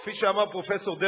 וכפי שאמר פרופסור דרשוביץ,